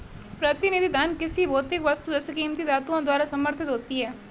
प्रतिनिधि धन किसी भौतिक वस्तु जैसे कीमती धातुओं द्वारा समर्थित होती है